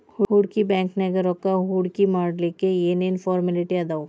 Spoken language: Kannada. ಹೂಡ್ಕಿ ಬ್ಯಾಂಕ್ನ್ಯಾಗ್ ರೊಕ್ಕಾ ಹೂಡ್ಕಿಮಾಡ್ಲಿಕ್ಕೆ ಏನ್ ಏನ್ ಫಾರ್ಮ್ಯಲಿಟಿ ಅದಾವ?